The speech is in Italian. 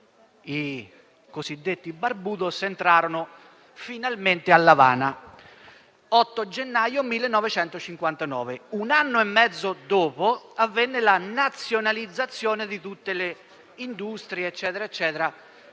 i cosiddetti *barbudos* entrarono finalmente all'Avana (8 gennaio 1959). Un anno e mezzo dopo avvenne la nazionalizzazione di tutte le industrie che risiedevano